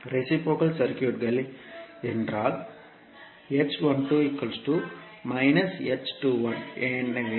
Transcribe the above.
reciprocal சர்க்யூட்கள் என்றால்